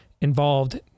involved